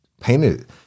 painted